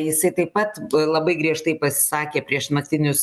jisai taip pat labai griežtai pasisakė prieš naktinius